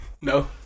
No